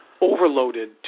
overloaded